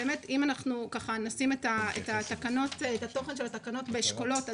אם נשים את תוכן התקנות באשכולות,